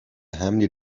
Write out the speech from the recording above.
حملی